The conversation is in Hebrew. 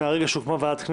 מרגע שהוקמה ועדת כנסת,